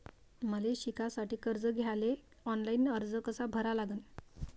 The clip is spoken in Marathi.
मले शिकासाठी कर्ज घ्याले ऑनलाईन अर्ज कसा भरा लागन?